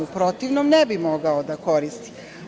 U protivnom ne bi mogao da koristi.